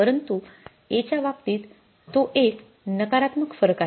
परंतु A च्या बाबतीत तो एक नकारात्मक फरक आहे